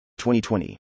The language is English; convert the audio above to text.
2020